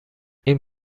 این